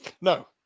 No